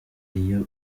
iyo